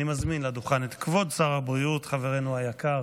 אני מזמין לדוכן את כבוד שר הבריאות, חברנו היקר